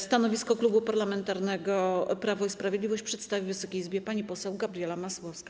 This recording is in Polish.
Stanowisko Klubu Parlamentarnego Prawo i Sprawiedliwość przedstawi Wysokiej Izbie pani poseł Gabriela Masłowska.